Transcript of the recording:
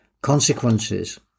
Consequences